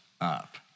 up